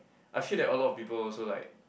I feel that a lot of people also like